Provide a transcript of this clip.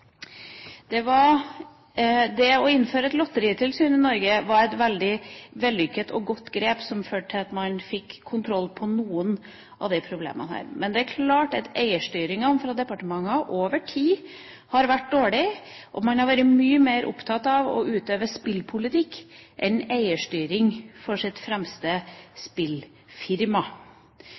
Norge var et veldig vellykket og godt grep, som førte til at man fikk kontroll på noen av disse problemene. Men det er klart at eierstyringen fra departementet over tid har vært dårlig, og at man har vært mye mer opptatt av å utøve spillpolitikk enn eierstyring for sitt fremste spillfirma.